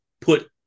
put